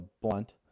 blunt